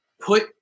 put